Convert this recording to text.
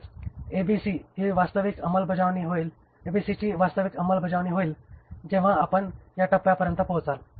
म्हणजेच ABC ची वास्तविक अंमलबजावणी होईल जेव्हा आपण या टप्प्यावर पोहोचाल